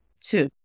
Two